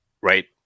right